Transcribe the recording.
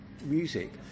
music